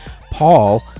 Paul